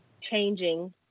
changing